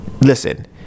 Listen